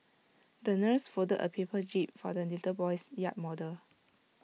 the nurse folded A paper jib for the little boy's yacht model